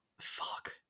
Fuck